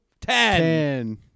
ten